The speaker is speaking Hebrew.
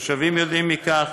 התושבים יודעים מכך,